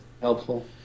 helpful